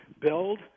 build